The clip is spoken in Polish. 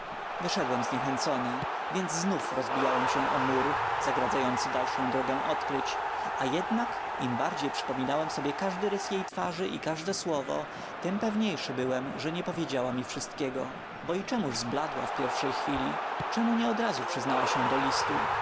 wyszedłem zniechęcony więc znowu rozbijałem się o mur zagradzający dalszą drogę odkryć a jednak im bardziej przypominałem sobie każdy rys jej twarzy i każde słowo tem pewniejszy byłem że nie powiedziała mi wszystkiego bo i czemuż zbladła w pierwszej chwili czemu nie odrazu przyznała się do listu